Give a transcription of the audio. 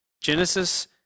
Genesis